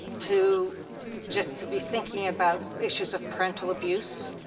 to just to be thinking about issues of parental abuse.